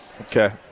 Okay